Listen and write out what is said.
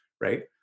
right